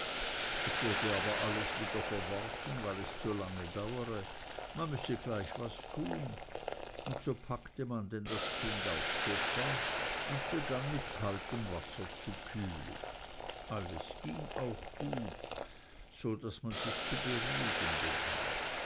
es wurde aber alles wieder verworfen weil es zu lange dauere man müsse gleich was tun und so packte man denn das kind aufs sofa und begann mit kaltem wasser zu kühlen alles ging auch gut so daß man sich zu beruhigen begann